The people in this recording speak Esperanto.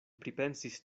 pripensis